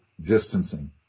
distancing